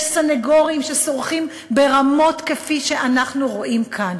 סנגורים שסורחים ברמות כפי שאנחנו רואים כאן.